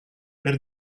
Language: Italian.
per